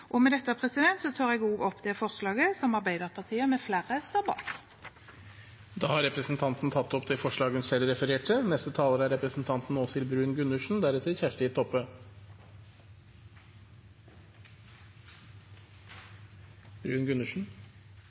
tar jeg opp det forslaget som Arbeiderpartiet med flere står bak. Da har representanten Hege Haukeland Liadal tatt opp det forslaget hun refererte til. Det er